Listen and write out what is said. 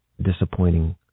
disappointing